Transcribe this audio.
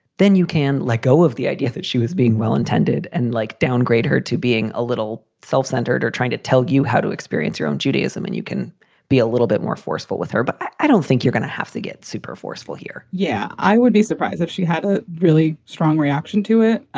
then you can let go of the idea that she was being well intended. and like, downgrade her to being a little self-centered or trying to tell you how to experience your own judaism. and you can be a little bit more forceful with her. but i don't think you're going to have to get super forceful here yeah, i would be surprised if she had a really strong reaction to it.